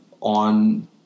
on